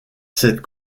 cette